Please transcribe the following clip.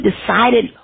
decided